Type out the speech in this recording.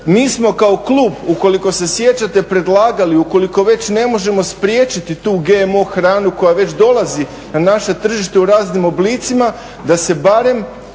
Mi smo kao klub ukoliko se sjećate predlagati ukoliko već ne možemo spriječiti tu GMO hranu koja već dolazi na naše tržište u raznim oblicima da se barem